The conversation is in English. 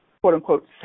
quote-unquote